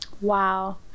Wow